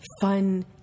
fun